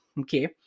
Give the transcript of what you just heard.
Okay